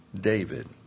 David